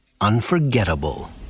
unforgettable